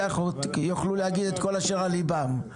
החוק יוכלו להגיד את כל אשר על לבם.